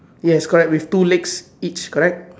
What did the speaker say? yes correct with two legs each correct